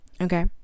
okay